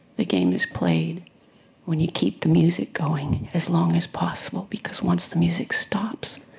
the game is played when you keep the music going as long as possible, because once the music stops,